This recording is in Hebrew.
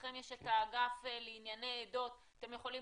לכם יש את האגף לענייני עדות ואתם יכולים